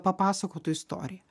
papasakotų istoriją